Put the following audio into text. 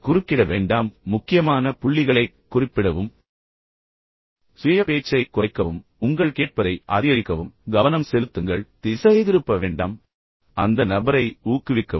குறுக்கிட வேண்டாம் முக்கியமான புள்ளிகளைக் குறிப்பிடவும் சுய பேச்சைக் குறைக்கவும் உங்கள் கேட்பதை அதிகரிக்கவும் கவனம் செலுத்துங்கள் திசைதிருப்ப வேண்டாம் அந்த நபரை ஊக்குவிக்கவும்